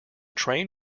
train